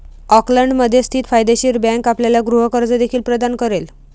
ऑकलंडमध्ये स्थित फायदेशीर बँक आपल्याला गृह कर्ज देखील प्रदान करेल